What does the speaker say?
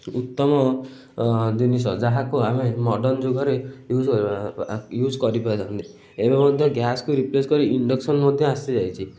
ଉତ୍ତମ ଜିନିଷ ଯାହାକୁ ଆମେ ମଡ଼ର୍ଣ୍ଣ ଯୁଗରେ ୟୁଜ୍ କରିପାରନ୍ତି ଏବେ ମଧ୍ୟ ଗ୍ୟାସକୁ ରିପ୍ଲେସ୍ କରି ଇଣ୍ଡକ୍ସନ୍ ମଧ୍ୟ ଆସିଯାଇଛି